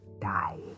die